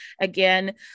Again